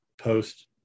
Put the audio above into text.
post